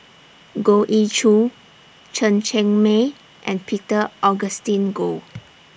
Goh Ee Choo Chen Cheng Mei and Peter Augustine Goh